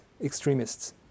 extremists